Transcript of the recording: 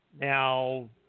Now